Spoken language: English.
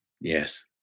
Yes